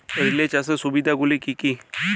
Relay চাষের সুবিধা গুলি কি কি?